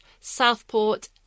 Southport